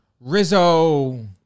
Rizzo